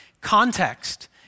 Context